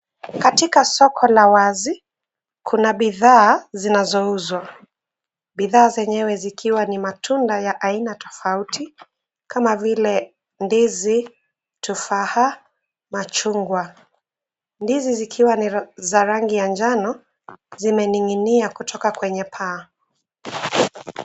Katika soko la wazi kuna bidhaa zinazouzwa. Bidhaa zenyewe zikiwa ni matunda ya aina tofauti kama vile ndizi ,tufaha, machungwa. Ndizi zikiwa ni za rangi ya njano zimening'inia kutoka kwenye paa.